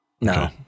No